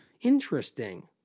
Interesting